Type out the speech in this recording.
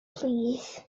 plîs